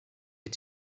wyt